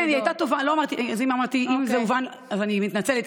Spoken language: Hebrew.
כן, לא אמרתי אם זה הובן, אז אני מתנצלת.